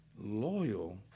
loyal